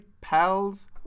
pals